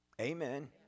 Amen